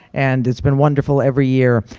and it's been wonderful every year.